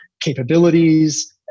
capabilities